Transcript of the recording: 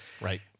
Right